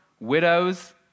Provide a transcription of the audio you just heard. widows